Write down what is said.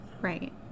Right